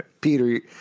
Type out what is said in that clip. Peter